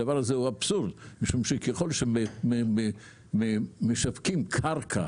הדבר הזה הוא אבסורד, משום שככל שמשווקים קרקע